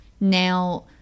now